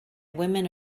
women